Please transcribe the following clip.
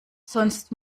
sonst